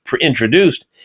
introduced